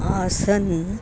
आसन्